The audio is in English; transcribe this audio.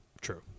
True